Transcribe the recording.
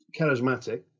charismatic